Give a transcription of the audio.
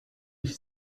ich